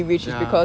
ya